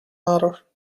matter